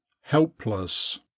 helpless